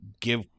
give